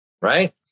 right